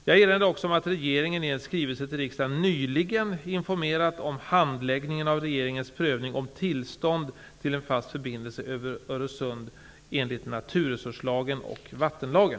Jag erinrar också om att regeringen i en skrivelse till riksdagen nyligen informerat om handläggningen av regeringens prövning om tillstånd till en fast förbindelse över Öresund enligt naturresurslagen och vattenlagen.